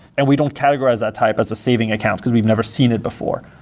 and we don't categorize that type as a saving account, because we've never seen it before.